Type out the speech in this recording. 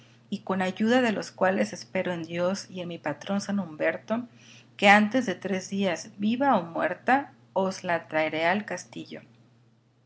y con ayuda de los cuales espero en dios y en mi patrón san humberto que antes de tres días viva o muerta os la traeré al castillo